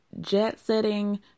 Jet-setting